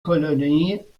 kolonie